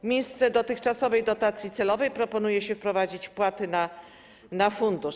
W miejsce dotychczasowej dotacji celowej proponuje się wprowadzenie wpłat na fundusz.